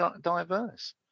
diverse